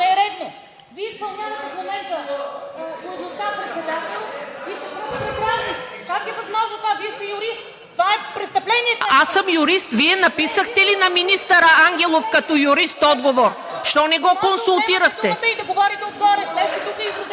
Аз съм юрист. Вие написахте ли на министър Ангелов като юрист отговор? Защо не го консултирахте?